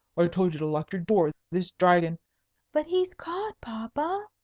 i told you to lock your door. this dragon but he's caught, papa,